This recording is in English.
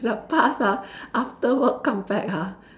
in the past ah after work come back ha